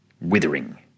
Withering